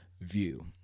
view